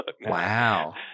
Wow